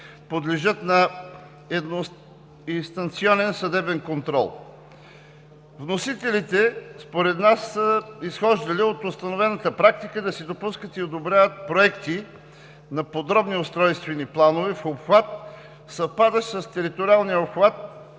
подлежат на едноинстанционен съдебен контрол. Вносителите според нас са изхождали от установената практика да се допускат и одобряват проекти на подробни устройствени планове в обхват, съвпадащ с териториалния обхват